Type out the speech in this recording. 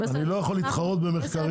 אני לא יכול להתחרות במחקרים,